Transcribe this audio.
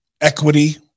equity